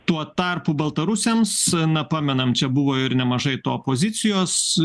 tuo tarpu baltarusiams na pamenam čia buvo ir nemažai to opozicijos